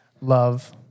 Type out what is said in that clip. love